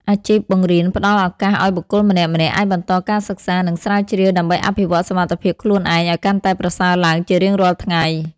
អាជីពបង្រៀនផ្តល់ឱកាសឱ្យបុគ្គលម្នាក់ៗអាចបន្តការសិក្សា និងស្រាវជ្រាវដើម្បីអភិវឌ្ឍសមត្ថភាពខ្លួនឯងឱ្យកាន់តែប្រសើរឡើងជារៀងរាល់ថ្ងៃ។